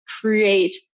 create